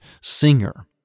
singer